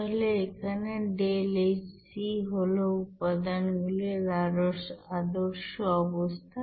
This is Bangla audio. তাহলে এখানে ΔHc হলো এখানে উপাদান গুলির আদর্শ অবস্থা